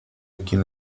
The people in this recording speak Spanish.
quién